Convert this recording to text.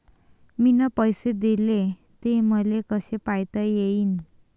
मिन पैसे देले, ते मले कसे पायता येईन?